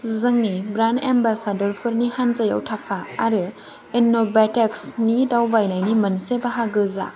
जोंनि brand ambassador फोरनि हान्जायाव थाफा आरो एन'बाइटेक्सनि दावबायनायनि मोनसे बाहागो जा